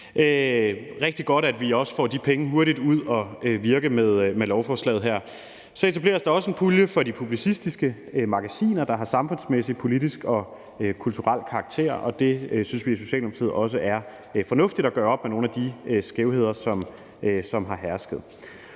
rigtig godt, at vi også får de penge hurtigt ud at virke med lovforslaget her – dels en pulje for de publicistiske magasiner, der har samfundsmæssig, politisk og kulturel karakter. Og det synes vi i Socialdemokratiet også er fornuftigt, altså at gøre op med nogle af de skævheder, som har hersket.